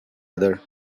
other